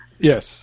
Yes